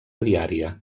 diària